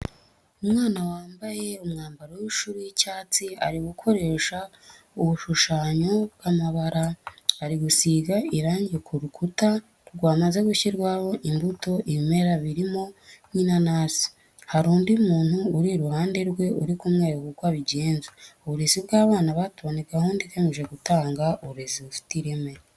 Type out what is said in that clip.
Umwana wambaye umwambaro w’ishuri w’icyatsi, ari gukoresha ubushushanyo bw’amabara. Ari gusiga irangi ku rukuta, rwamaze gushyirwaho imbuto, ibimera birimo nk’inanasi. Hari undi muntu uri iruhande rwe uri kumwerekera uko abigenza. Uburezi bw’abana bato ni gahunda igamije gutanga uburezi bufite ireme.